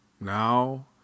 Now